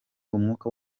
umwuka